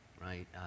right